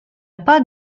pas